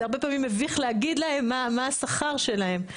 הרבה פעמים מביך להגיד להם מה השכר שלהם.